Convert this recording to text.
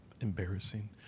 embarrassing